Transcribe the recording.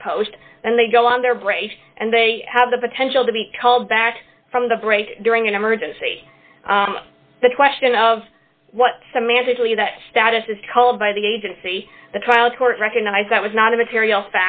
that post and they go on their break and they have the potential to be called back from the break during an emergency the question of what semantically that status is called by the agency the trial court recognized that was not a material